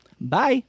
Bye